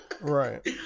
right